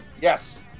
Yes